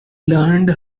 learned